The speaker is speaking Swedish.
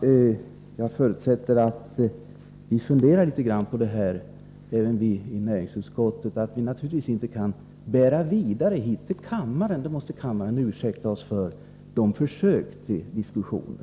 Jag förutsätter att vi funderar litet på det här — även vi i näringsutskottet. Vi kan naturligtvis inte hit till kammaren bära — det måste kammaren ursäkta oss för — våra försök till diskussioner.